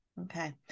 okay